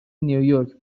نییورک